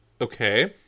Okay